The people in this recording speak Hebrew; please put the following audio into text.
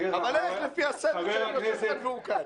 אבל איך לפי הסדר כשאני יושב כאן והוא כאן?